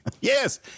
Yes